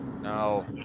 no